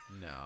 No